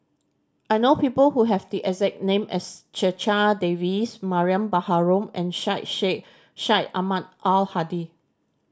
I know people who have the exact name as Checha Davies Mariam Baharom and Syed Sheikh Syed Ahmad Al Hadi